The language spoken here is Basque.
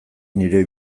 nire